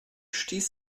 stiess